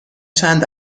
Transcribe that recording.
چند